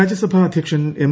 രാജ്യസഭാ അധ്യക്ഷൻ എം